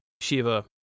Shiva